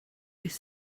beth